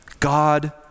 God